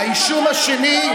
האישום השני,